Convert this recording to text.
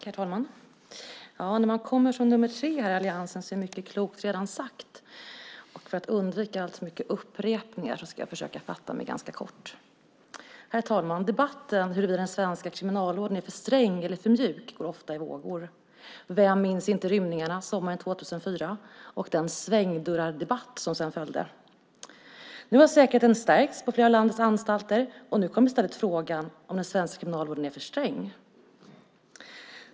Herr talman! När man kommer som nummer tre i alliansen är mycket klokt redan sagt. För att undvika alltför mycket upprepningar ska jag försöka fatta mig ganska kort. Herr talman! Debatten om huruvida den svenska kriminalvården är för sträng eller för mjuk går ofta i vågor. Vem minns inte rymningarna sommaren 2004 och den debatt om svängdörrar som sedan följde? Nu har säkerheten stärkts på flera av landets anstalter, och i stället kommer frågan om den svenska kriminalvården är för sträng.